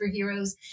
superheroes